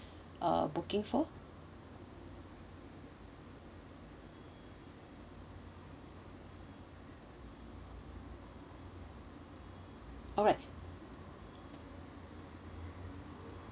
uh booking for alright